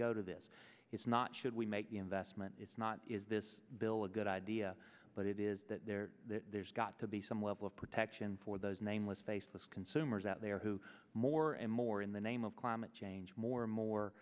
go to this is not should we make the investment it's not is this bill a good idea but it is that there there's got to be some level of protection for those nameless faceless consumers out there who more and more in the name of climate change more and more